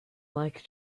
like